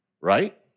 right